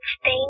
stay